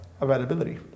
availability